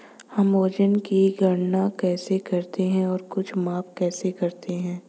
हम वजन की गणना कैसे करते हैं और कुछ माप कैसे करते हैं?